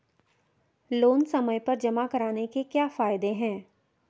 Loan समय पर जमा कराने के क्या फायदे हैं?